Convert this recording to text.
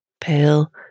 Pale